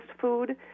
food